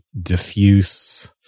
diffuse